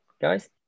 guys